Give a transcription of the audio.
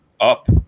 up